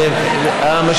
תודה רבה.